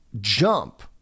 jump